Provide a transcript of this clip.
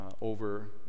over